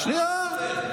שנייה.